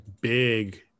big